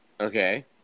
Okay